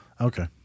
Okay